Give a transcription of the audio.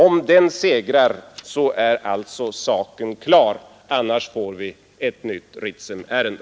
Om den reservationen segrar är alltså saken klar, annars får vi ett nytt Ritsemärende.